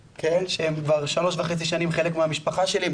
שהם כבר שלוש וחצי שנים חלק מהמשפחה שלי,